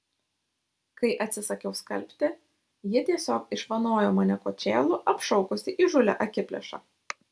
kai atsisakiau skalbti ji tiesiog išvanojo mane kočėlu apšaukusi įžūlia akiplėša